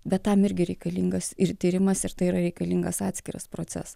bet tam irgi reikalingas ir tyrimas ir tai yra reikalingas atskiras procesas